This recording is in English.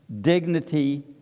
dignity